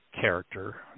character